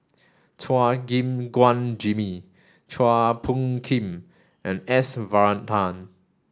Chua Gim Guan Jimmy Chua Phung Kim and S Varathan